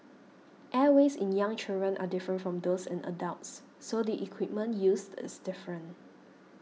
airways in young children are different from those in adults so the equipment used is different